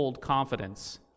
confidence